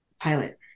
pilot